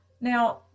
now